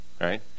right